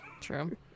True